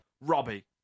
Robbie